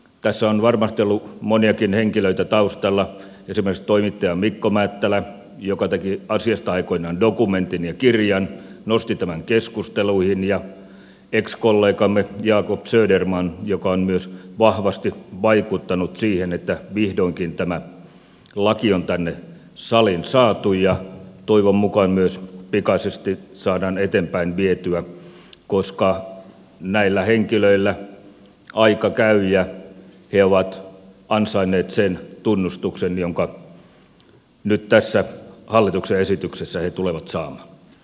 tässä on varmasti ollut moniakin henkilöitä taustalla esimerkiksi toimittaja mikko määttälä joka teki asiasta aikoinaan dokumentin ja kirjan nosti tämän keskusteluihin ja ex kollegamme jacob söderman joka myös on vahvasti vaikuttanut siihen että vihdoinkin tämä laki on tänne saliin saatu ja toivon mukaan myös pikaisesti saadaan eteenpäin vietyä koska näillä henkilöillä aika käy ja he ovat ansainneet sen tunnustuksen jonka nyt tässä hallituksen esityksessä he tulevat saamaan